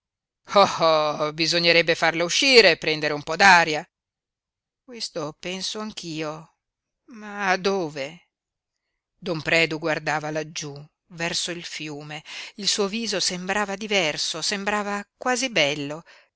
oh bisognerebbe farla uscire prendere un po d'aria questo penso anch'io ma dove don predu guardava laggiú verso il fiume il suo viso sembrava diverso sembrava quasi bello